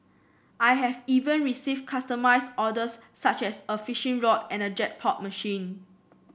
I have even receive customised orders such as a fishing rod and a jackpot machine